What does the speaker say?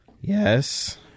yes